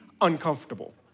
uncomfortable